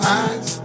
eyes